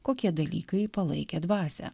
kokie dalykai palaikė dvasią